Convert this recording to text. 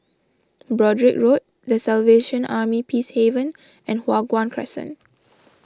Broadrick Road the Salvation Army Peacehaven and Hua Guan Crescent